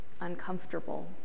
uncomfortable